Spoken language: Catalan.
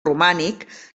romànic